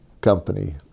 Company